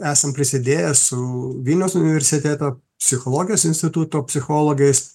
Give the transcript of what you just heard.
esam prisidėję su vilniaus universiteto psichologijos instituto psichologais